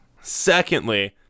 Secondly